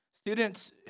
Students